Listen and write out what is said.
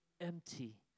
empty